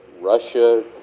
Russia